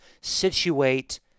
situate